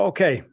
Okay